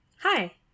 Hi